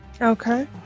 Okay